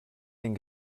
den